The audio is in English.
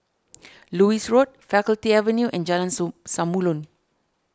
Lewis Road Faculty Avenue and Jalan Samulun